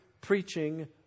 preaching